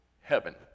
heaven